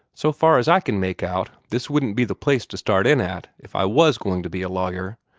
so far as i can make out, this wouldn't be the place to start in at, if i was going to be a lawyer.